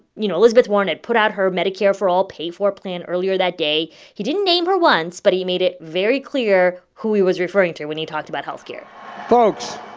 you know, elizabeth warren had put out her medicare for all pay-for plan earlier that day. he didn't name her once, but he made it very clear who he was referring to when he talked about health care folks,